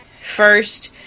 first